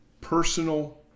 personal